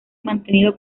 mantenido